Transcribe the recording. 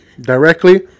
directly